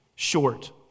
Short